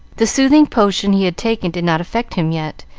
the soothing potion he had taken did not affect him yet,